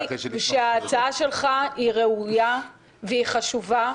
יודע שההצעה שלך היא ראויה וחשובה,